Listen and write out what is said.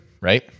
right